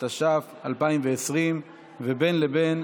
התש"ף 2020. בין לבין,